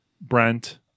Brent